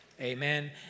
amen